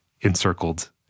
encircled